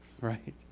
right